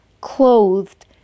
clothed